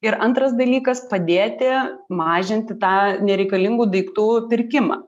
ir antras dalykas padėti mažinti tą nereikalingų daiktų pirkimą